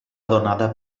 donada